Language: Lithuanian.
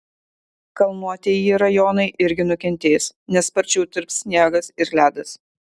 kalnuotieji rajonai irgi nukentės nes sparčiau tirps sniegas ir ledas